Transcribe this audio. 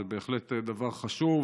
זה בהחלט דבר חשוב